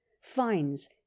fines